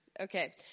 Okay